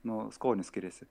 nu skonis skiriasi